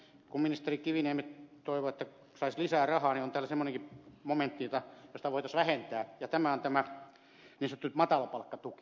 kun ministeri kiviniemi toivoi että saisi lisää rahaa niin on täällä semmoinenkin momentti josta voitaisiin vähentää ja tämä on tämä niin sanottu matalapalkkatuki